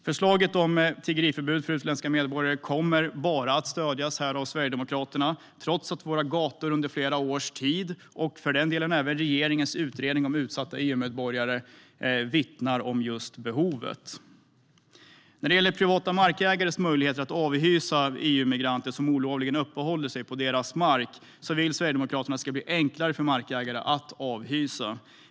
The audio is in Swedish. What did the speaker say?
Förslaget om tiggeriförbud för utländska medborgare kommer här bara att stödjas av Sverigedemokraterna trots att situationen på våra gator under flera års tid, och för den delen även regeringens utredning om utsatta EU-medborgare, vittnar om behovet av ett förbud. När det gäller privata markägares möjligheter att avhysa EU-migranter som olovligen uppehåller sig på deras mark vill Sverigedemokraterna att det ska bli enklare för markägare att avhysa.